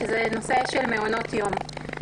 שזה מעונות היום.